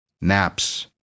naps